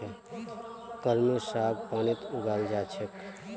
कलमी साग पानीत उगाल जा छेक